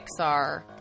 Pixar